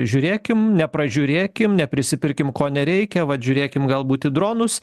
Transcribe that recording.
žiūrėkim nepražiūrėkim neprisipirkim ko nereikia vat žiūrėkim galbūt į dronus